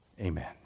Amen